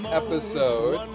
episode